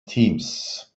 teams